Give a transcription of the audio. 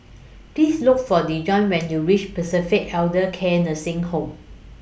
Please Look For Dejon when YOU REACH Pacific Elder Care Nursing Home